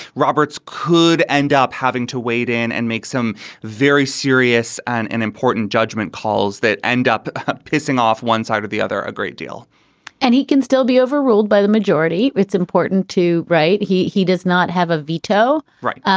roberts could end up having to wade in and make some very serious and and important judgment calls that end up pissing off one side or the other a great deal and he can still be overruled by the majority. it's important to write he he does not have a veto. right.